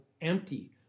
empty